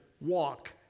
Walk